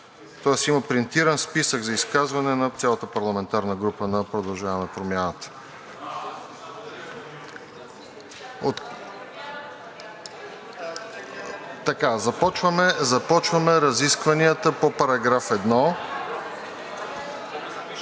тоест има принтиран списък за изказване на цялата парламентарна група на „Продължаваме Промяната“. Започваме разискванията по § 1.